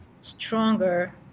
stronger